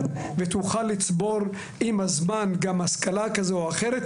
ותוכל לצבור עם הזמן גם השכלה כזו או אחרת,